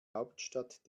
hauptstadt